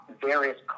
various